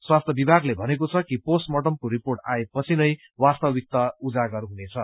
स्वास्थ्य विभागले भनेको छ कि पोस्ट मार्टमको रिपोर्ट आएपछि नै वास्तविकता उजागर हुनेछ